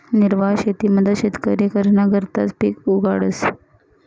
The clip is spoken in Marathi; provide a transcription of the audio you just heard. निर्वाह शेतीमझार शेतकरी घरना करताच पिक उगाडस